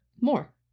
More